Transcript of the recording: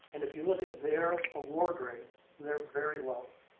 and if you look at their award rates, they're very low.